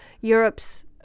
Europe's